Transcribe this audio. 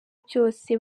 byose